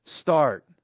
start